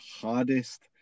hardest